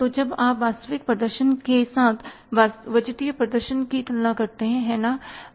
तो जब आप वास्तविक प्रदर्शन के साथ बजटीय प्रदर्शन की तुलना करते हैं है ना